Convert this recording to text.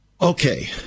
Okay